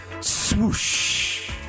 swoosh